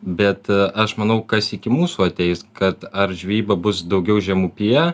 bet aš manau kas iki mūsų ateis kad ar žvejyba bus daugiau žemupyje